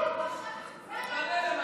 תתבייש.